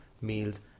meals